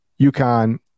UConn